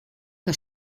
que